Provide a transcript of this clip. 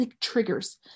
triggers